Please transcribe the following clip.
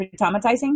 traumatizing